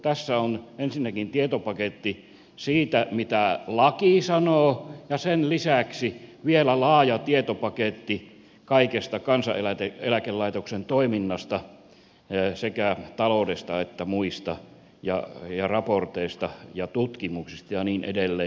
tässä on ensinnäkin tietopaketti siitä mitä laki sanoo ja sen lisäksi vielä laaja tietopaketti kaikesta kansaneläkelaitoksen toiminnasta sekä taloudesta että muista raporteista ja tutkimuksista ja niin edelleen